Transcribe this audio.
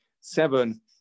seven